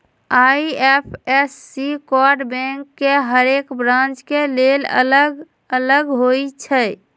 IFSC code bank के हरेक branch के लेल अलग अलग होई छै